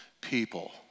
people